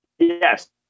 Yes